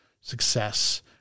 success